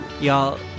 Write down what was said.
Y'all